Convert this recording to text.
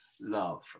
love